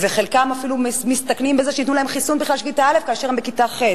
וחלקם אפילו מסתכנים בזה שייתנו להם חיסון של כיתה א' כאשר הם בכיתה ח',